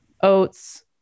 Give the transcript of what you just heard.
oats